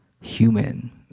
human